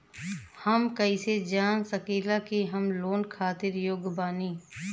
हम कईसे जान सकिला कि हम लोन खातिर योग्य बानी?